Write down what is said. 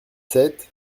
sept